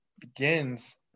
Begins